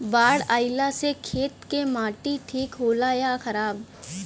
बाढ़ अईला से खेत के माटी ठीक होला या खराब?